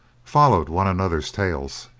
followed one another's tails,